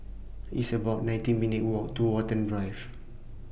It's about nineteen minutes' Walk to Watten Drive